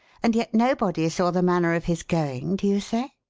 and yet nobody saw the manner of his going, do you say?